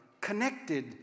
connected